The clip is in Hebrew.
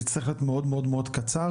בעוד עשר